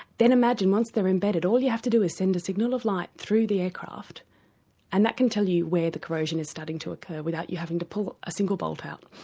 then imagine once they're imbedded all you have to do is send a signal of light through the aircraft and that can tell you where the corrosion is starting to occur without you having to pull a single bolt out.